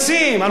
על וודקה.